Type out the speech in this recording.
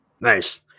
nice